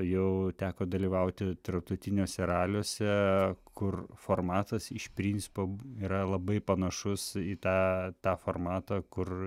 jau teko dalyvauti tarptautiniuose raliuose kur formatas iš principo yra labai panašus į tą tą formatą kur